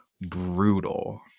brutal